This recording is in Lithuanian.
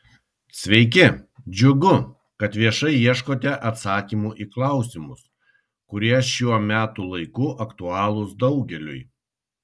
sveiki džiugu kad viešai ieškote atsakymų į klausimus kurie šiuo metų laiku aktualūs daugeliui